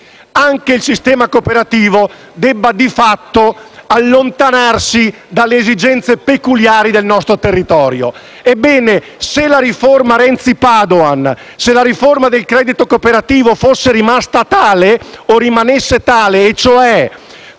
anche il sistema cooperativo debba, di fatto, allontanarsi dalle esigenze peculiari del nostro territorio. Ebbene, se la riforma Renzi-Padoan, se la riforma del credito cooperativo fosse rimasta tale o rimanesse tale, con